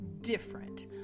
different